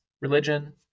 religion